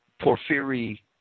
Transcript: Porphyry